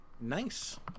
Nice